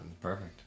Perfect